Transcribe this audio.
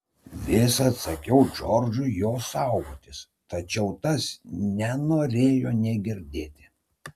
visad sakiau džordžui jo saugotis tačiau tas nenorėjo nė girdėti